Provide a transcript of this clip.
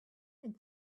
and